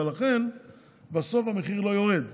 ולכן המחיר בסוף לא יורד.